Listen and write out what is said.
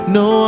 no